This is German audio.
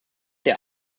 der